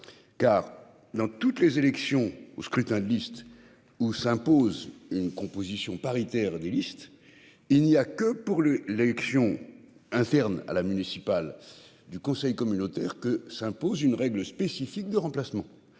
Car dans toutes les élections au scrutin de liste ou s'impose une composition paritaire des listes. Il n'y a que pour le l'élection interne à la municipale du conseil communautaire que s'impose une règle spécifique de remplacement,